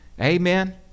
Amen